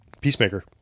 peacemaker